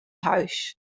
huis